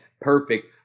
perfect